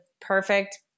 perfect